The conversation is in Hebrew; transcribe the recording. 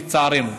לצערנו.